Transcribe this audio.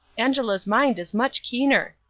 angela's mind is much keener.